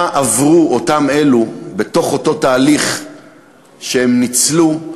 מה עברו אותם אלו בתוך אותו תהליך שהם ניצלו,